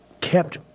kept